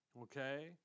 okay